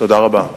תודה רבה.